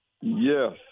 Yes